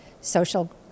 social